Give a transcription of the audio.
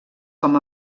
com